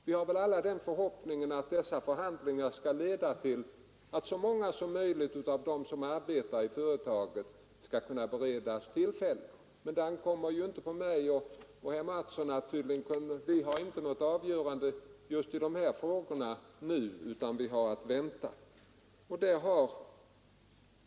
Vi har väl alla den förhoppningen att förhandlingarna skall leda till att så många som möjligt av dem som nu arbetar i företaget skall beredas arbete även i fortsättningen, men den uppgiften ankommer inte på mig och inte på herr Mattsson; vi kan ju inte träffa något avgörande i de frågorna just nu, utan vi har bara att vänta.